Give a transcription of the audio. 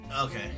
Okay